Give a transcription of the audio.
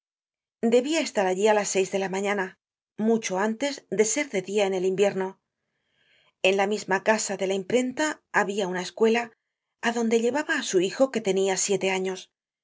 debia estar allí á las seis de la mañana mucho antes de ser de dia en el invierno en la misma casa de la imprenta habia una escuela adonde llevaba á su hijo que tenia siete años